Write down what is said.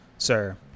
Sir